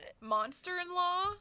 monster-in-law